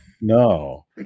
No